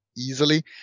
easily